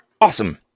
Awesome